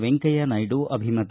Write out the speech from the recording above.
ವೆಂಕಯ್ಯ ನಾಯ್ಡು ಅಭಿಮತ